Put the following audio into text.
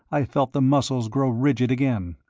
i felt the muscles grow rigid again.